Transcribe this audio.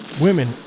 women